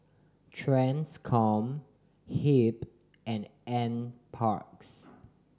Transcom HEB and N Parks